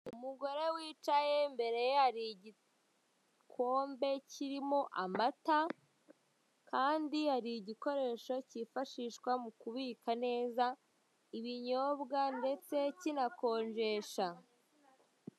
Umugore wicaye imbere ye hari igikombe kirimo amata kandi hari igikoresho cyifashishwa mu kubika neza ibinyobwa ndetse kinakonjesha.